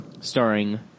Starring